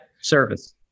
service